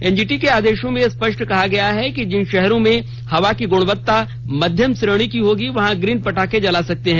NGT के आदेश में स्पष्ट कहा गया है कि जिन शहरों में हवा की गुणवत्ता मध्यम श्रेणी की होगी वहां ग्रीन पटाखे जला सकते हैं